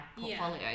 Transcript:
portfolio